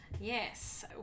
Yes